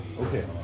Okay